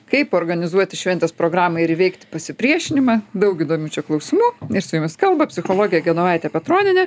kaip organizuoti šventės programą ir įveikti pasipriešinimą daug įdomių čia klausimų ir su jumis kalba psichologė genovaitė petronienė